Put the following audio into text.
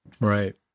Right